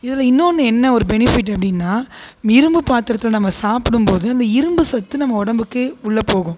இதில் இன்னொனு என்ன ஒரு பெனிஃபிட் அப்படின்னா இரும்பு பாத்திரத்தில் நாம சாப்பிடும்போது அந்த இரும்புசத்து நாம உடம்புக்கு உள்ள போகும்